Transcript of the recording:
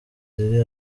ziri